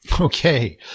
Okay